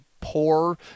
poor